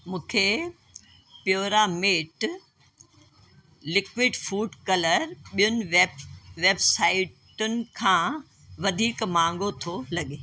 मूंखे प्योरामेट liquid food colour ॿियुनि वेबसाइटुनि खां वधीक महांगो थो लॻे